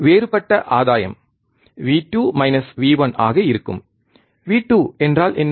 வேறுபட்ட ஆதாயம் V2 V1 ஆக இருக்கும் V2 என்றால் என்ன